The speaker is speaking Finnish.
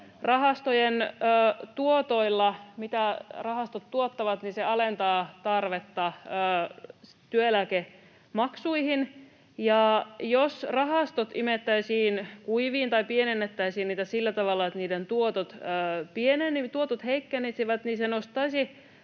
Rahastojen tuotot, se, mitä rahastot tuottavat, alentavat tarvetta työeläkemaksuihin, ja jos rahastot imettäisiin kuiviin tai niitä pienennettäisiin sillä tavalla, että niiden tuotot heikkenisivät, se nostaisi